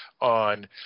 on